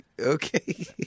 Okay